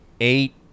eight